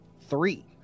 Three